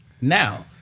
Now